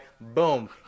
Boom